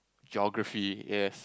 geography yes